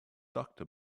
doctor